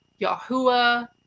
Yahuwah